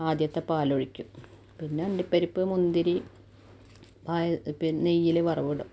ആദ്യത്തെ പാലൊഴിക്കും പിന്നെ അണ്ടിപ്പരിപ്പ് മുന്തിരി പാ പിന്നെ നെയ്യിൽ വറവിടും